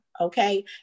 Okay